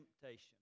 temptation